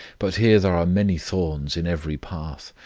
but here there are many thorns in every path,